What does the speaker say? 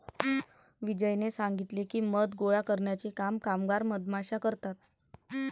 विजयने सांगितले की, मध गोळा करण्याचे काम कामगार मधमाश्या करतात